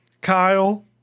Kyle